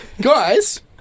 Guys